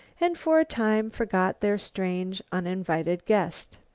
and for a time forgot their strange, uninvited guest.